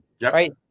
right